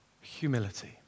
Humility